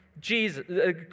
Jesus